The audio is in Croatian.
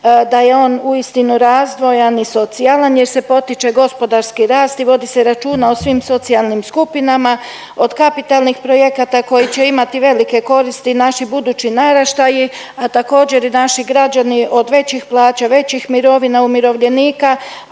da je on uistinu razvojan i socijalan jer se potiče gospodarski rast i vodi se računa o svim socijalnim skupinama od kapitalnih projekata koji će imati velike koristi naši budući naraštaji, a također i naši građani od većih plaća, većih mirovina, umirovljenika,